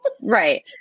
right